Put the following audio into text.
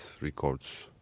records